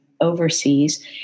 overseas